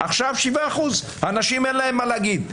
עכשיו 7%. לנשים אין מה להגיד?